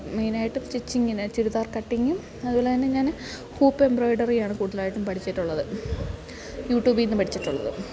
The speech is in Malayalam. മെയിൻ ആയിട്ട് സ്റ്റിച്ചിങ്ങിന് ചുരിദാർ കട്ടിങ്ങും അതുപോലെ തന്നെ ഞാൻ ഹൂപ്പ് എംബ്രോയിഡറിയാണ് കൂടുതലായിട്ടും പഠിച്ചിട്ടുള്ളത് യൂട്യൂബിൽ നിന്ന് പഠിച്ചിട്ടുള്ളത്